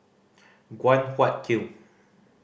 Guan Huat Kiln